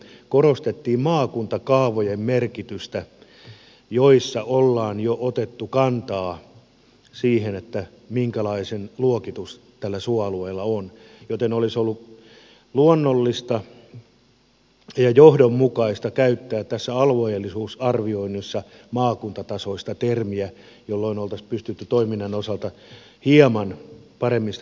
korostettiin maakuntakaavojen merkitystä joissa ollaan jo otettu kantaa siihen minkälainen luokitus tällä suoalueella on joten olisi ollut luonnollista ja johdonmukaista käyttää tässä alueellisuusarvioinnissa maakuntatasoista termiä jolloin oltaisiin pystytty toiminnan osalta hieman paremmin sitä tekemään